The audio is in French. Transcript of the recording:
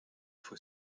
faut